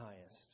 highest